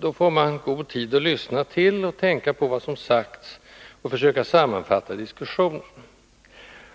Då får man god tid att lyssna till och tänka på vad som sagts och försöka sammanfatta diskussionen.